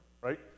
Right